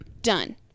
Done